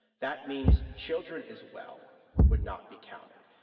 that means children as well would not be counted.